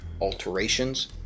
alterations